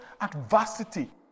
adversity